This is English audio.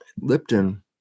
Lipton